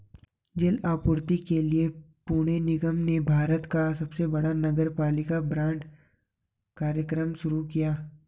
जल आपूर्ति के लिए पुणे निगम ने भारत का सबसे बड़ा नगरपालिका बांड कार्यक्रम शुरू किया